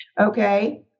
okay